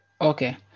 Okay